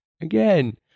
Again